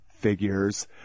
figures